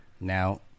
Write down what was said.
now